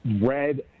red